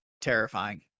terrifying